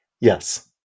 Yes